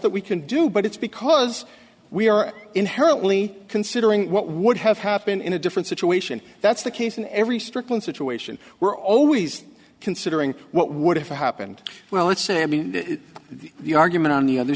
that we can do but it's because we are inherently considering what would have happened in a different situation that's the case in every strickland situation we're always considering what would have happened well let's say i mean the argument on the other